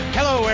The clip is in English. Hello